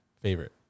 favorite